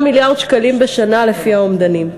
5 מיליארד שקלים בשנה לפי האומדנים,